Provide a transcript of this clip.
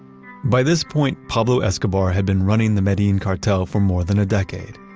by this point pablo escobar had been running the medellin cartel for more than a decade.